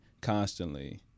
constantly